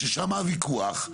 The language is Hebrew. ששם הוויכוח.